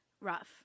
Rough